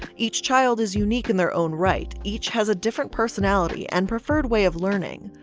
each child is unique in their own right. each has a different personality and preferred way of learning.